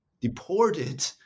deported